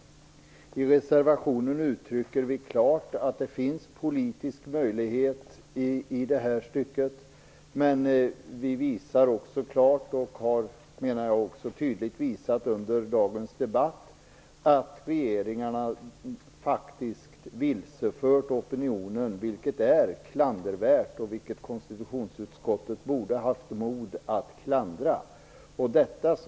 I reservationen uttrycker vi klart att det finns politisk möjlighet i detta stycke. Men vi visar också klart - och har också tydligt visat under dagens debatt - att regeringarna faktiskt vilsefört opinionen, vilket är klandervärt. Konstitutionsutskottet borde ha haft mod att klandra dem.